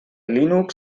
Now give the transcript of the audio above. linux